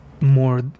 more